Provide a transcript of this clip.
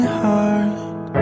heart